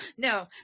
No